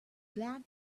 glad